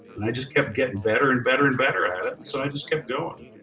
and i just kept getting better and better and better at it. and so i just kept going.